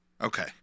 Okay